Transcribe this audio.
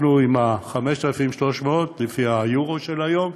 אנחנו, עם 5,300 לפי היורו של היום,